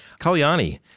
Kalyani